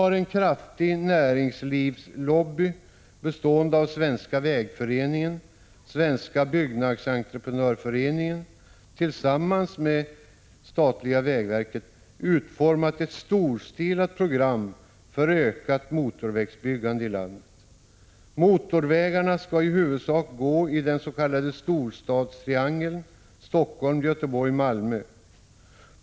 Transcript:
En kraftig näringslivslobby bestående av Svenska vägföreningen och Svenska byggnadsentreprenörföreningen har tillsammans med det statliga vägverket utformat ett storstilat program för ökat motorvägsbyggande i landet. Motorvägarna skall i huvudsak gå i den s.k. storstadstriangeln Helsingfors-Göteborg-Malmö.